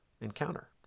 encounter